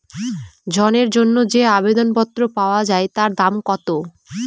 ঋণের জন্য যে আবেদন পত্র পাওয়া য়ায় তার দাম কত?